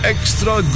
Extra